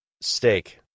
Steak